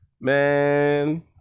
Man